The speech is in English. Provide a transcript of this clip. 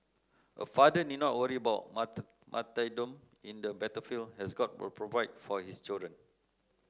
a father need not worry about martyrdom in the battlefield as God will provide for his children